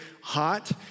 hot